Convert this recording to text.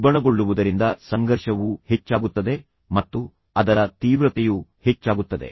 ಉಲ್ಬಣಗೊಳ್ಳುವುದರಿಂದ ಸಂಘರ್ಷವು ಹೆಚ್ಚಾಗುತ್ತದೆ ಮತ್ತು ಅದರ ತೀವ್ರತೆಯು ಹೆಚ್ಚಾಗುತ್ತದೆ